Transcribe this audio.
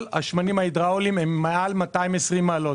כל השמנים ההידראוליים הם מעל 220 מעלות,